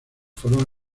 fueron